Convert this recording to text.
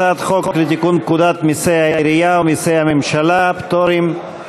הצעת החוק לתיקון פקודת מסי העירייה ומסי הממשלה (פטורין)